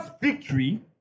victory